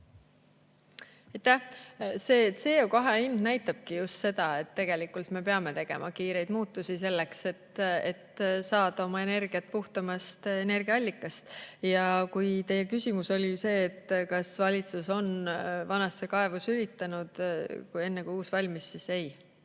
See CO2hind näitabki just seda, et tegelikult me peame tegema kiireid muudatusi, et saada energiat puhtamast energiaallikast. Ja kui teie küsimus oli see, kas valitsus on vanasse kaevu sülitanud, enne kui uus valmis, siis ei